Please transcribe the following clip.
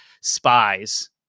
spies